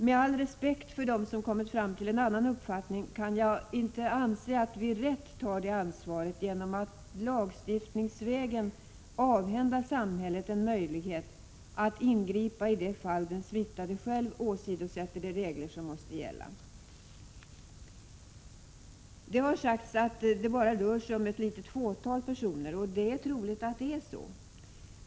Med all respekt för dem som har kommit fram till en annan uppfattning kan jag inte anse att vi på ett riktigt sätt tar det ansvaret, om vi lagstiftningsvägen avhänder samhället en möjlighet att ingripa i de fall den smittade själv åsidosätter de regler som måste gälla. Det har sagts att det bara rör sig om ett litet fåtal personer, och det är troligt att det är så.